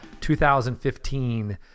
2015